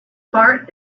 bart